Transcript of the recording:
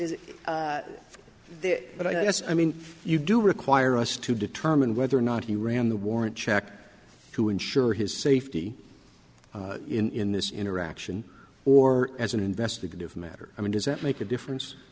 is there but i guess i mean you do require us to determine whether or not he ran the warrant check to ensure his safety in this interaction or as an investigative matter i mean does it make a difference